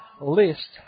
list